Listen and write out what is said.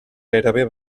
gairebé